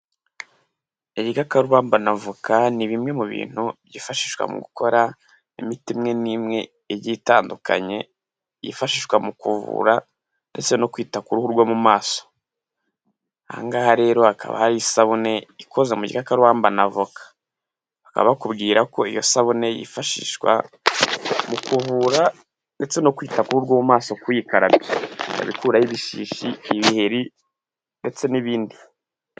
Ibikakarubamba n'avoka ni bimwe mu bintu byifashishwa mu gukora imiti imwe n'imwe igiye itandukanye yifashishwa mu kuvura ndetse no kwita ku ruhu rwo mu maso, aha ngaha rero hakaba hari isabune ikoze mu gikakarubamba na voka, bakaba bakubwira ko iyo sabune yifashishwa mu kuvura ndetse no kwita ku ruhu rwo mu maso k'uyikarabye, ikaba ikuraho ibishishi, ibiheri, ndetse n'ibindi.